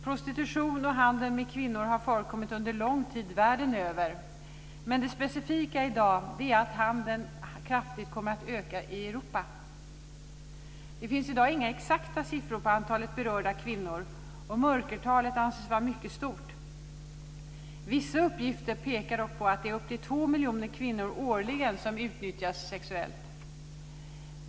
Prostitution och handel med kvinnor har förekommit under lång tid världen över, men det specifika i dag är att handeln kraftigt kommit att öka i Europa. Det finns i dag inga exakta siffror på antalet berörda kvinnor och mörkertalet anses vara mycket stort. Vissa uppgifter pekar dock på att det är upp till två miljoner kvinnor årligen som utnyttjas sexuellt.